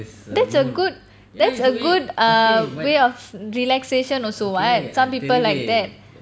that's a good that's a good err way of relaxation also [what] some people like that